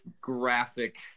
graphic